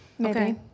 Okay